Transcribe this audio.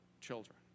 children